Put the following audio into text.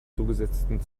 zugesetzten